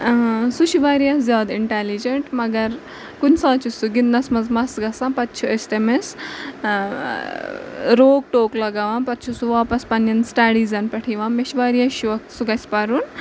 سُہ چھِ واریاہ زیادٕ اِنٹیلِجَںٛٹ مگر کُنہِ ساتہٕ چھِ سُہ گِںٛدنَس منٛز مَس گژھان پَتہٕ چھِ أسۍ تٔمِس روک ٹوک لگاوان پَتہٕ چھِ سُہ واپَس پنٛںٮ۪ن سٹَڈیٖزَن پٮ۪ٹھ یِوان مےٚ چھِ واریاہ شوق سُہ گژھِ پَرُن